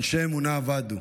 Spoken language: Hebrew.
אנשי אמונה אבדו.